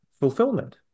fulfillment